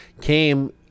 came